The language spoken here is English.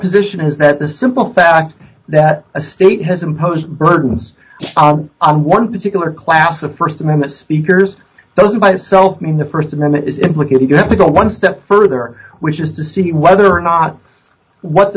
position is that the simple fact that a state has imposed burdens on one particular class of st amendment speakers doesn't by itself mean the st amendment is implicated you have to go one step further which is to see whether or not what